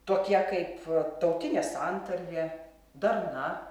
tokie kaip tautinė santarvė darna